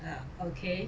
ah okay